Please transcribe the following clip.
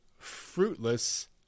fruitless